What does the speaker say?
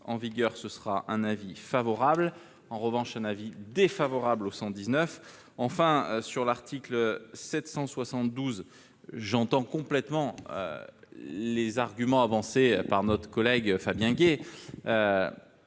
en vigueur, ce sera un avis favorable en revanche un avis défavorable au 119 enfin sur l'article 772 j'entends complètement les arguments avancés par notre collègue Fabien Gay,